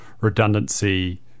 redundancy